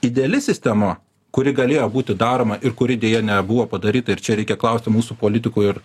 ideali sistema kuri galėjo būti daroma ir kuri deja nebuvo padaryta ir čia reikia klausti mūsų politikų ir